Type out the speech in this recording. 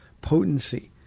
potency